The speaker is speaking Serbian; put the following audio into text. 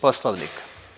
Poslovnika?